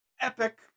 epic